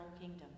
kingdom